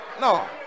no